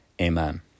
Amen